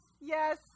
yes